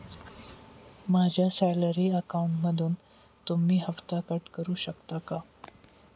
माझ्या सॅलरी अकाउंटमधून तुम्ही हफ्ता कट करू शकता का?